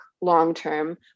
long-term